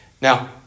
Now